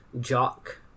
jock